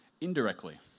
indirectly